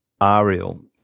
Ariel